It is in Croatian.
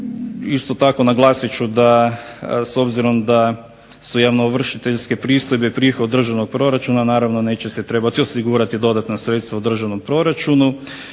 isto tako naglasit ću da, s obzirom da su javnoovršiteljske pristojbe prihod državnog proračuna naravno neće se trebati osigurati dodatna sredstva u državnom proračunu.